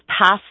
passed